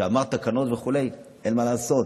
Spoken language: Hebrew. כשאמרת תקנון וכו' אין מה לעשות,